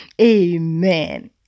Amen